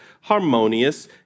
harmonious